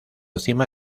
cima